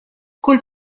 kull